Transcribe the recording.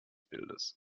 bildes